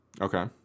Okay